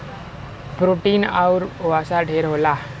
protein आउर वसा ढेर होला